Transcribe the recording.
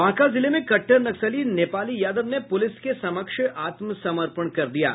बांका जिले में कट्टर नक्सली नेपाली यादव ने पूलिस के समक्ष आत्मसमर्पण कर दिया है